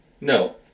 No